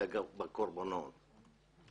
בקורבנות.